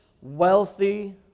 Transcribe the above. wealthy